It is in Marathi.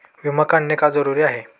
विमा काढणे का जरुरी आहे?